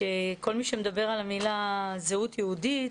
שכל מי שמדבר על המילה זהות יהודית,